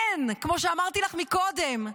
כמו שאמרתי לך קודם,